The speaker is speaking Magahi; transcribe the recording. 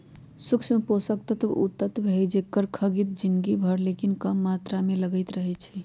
सूक्ष्म पोषक तत्व उ तत्व हइ जेकर खग्गित जिनगी भर लेकिन कम मात्र में लगइत रहै छइ